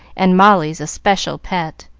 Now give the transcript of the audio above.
and molly's especial pet.